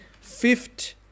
Fifth